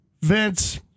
Vince